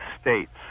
states